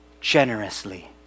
generously